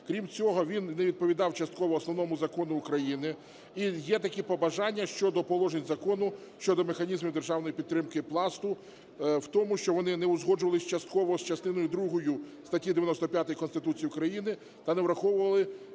Крім цього, він не відповідав частково Основному Закону України. І є такі побажання щодо положень закону, щодо механізмів державної підтримки Пласту в тому, що вони не узгоджувались частково з частиною другою статті 95 Конституції України та не враховували